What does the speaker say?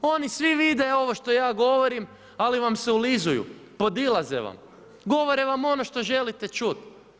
Oni svi vide ovo što ja govorim, ali vam se ulizuju, podilaze vam, govore vam ono što želite čuti.